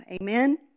Amen